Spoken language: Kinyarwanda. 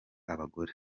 abagore